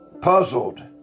puzzled